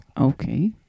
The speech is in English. Okay